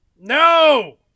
No